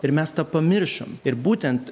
ir mes tą pamiršom ir būtent